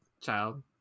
child